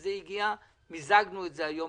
וזה הגיע ומיזגנו את זה היום.